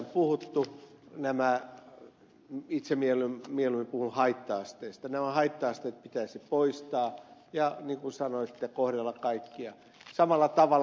nämä haitta asteet itse mieluummin puhun haitta asteesta pitäisi poistaa ja niin kuin sanoitte kohdella kaikkia samalla tavalla